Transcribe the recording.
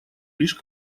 лишь